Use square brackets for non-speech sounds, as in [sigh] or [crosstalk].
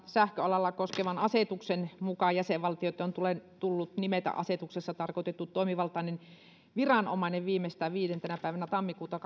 sähköalalla koskevan asetuksen mukaan jäsenvaltioitten on tullut nimetä asetuksessa tarkoitettu toimivaltainen viranomainen viimeistään viidentenä päivänä tammikuuta [unintelligible]